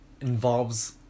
involves